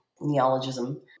neologism